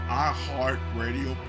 iHeartRadio